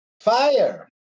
Fire